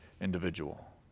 individual